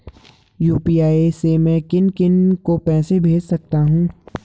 UPI से मैं किन किन को पैसे भेज सकता हूँ?